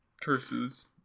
Curses